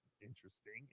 Interesting